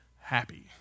happy